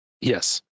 yes